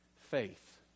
faith